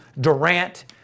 Durant